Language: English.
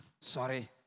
Sorry